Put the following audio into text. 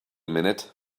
minute